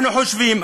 אנחנו חושבים,